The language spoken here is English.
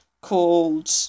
called